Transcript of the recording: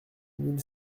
mille